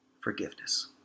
forgiveness